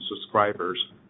subscribers